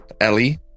Ellie